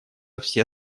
все